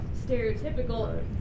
stereotypical